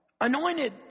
Anointed